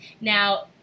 Now